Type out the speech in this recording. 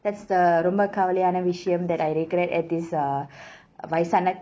that's the ரொம்ப கவலயான விஷயம்:romba kavalayaana vishayam that I regret at this uh வயசான:vayasaana